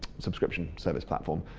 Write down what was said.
subscription service platform,